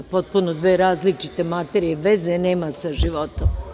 Potpuno dve različite materije, veze nema sa životom.